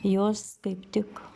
jos kaip tik